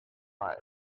while